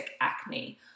acne